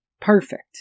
perfect